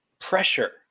pressure